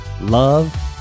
love